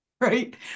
right